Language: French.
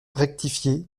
rectifié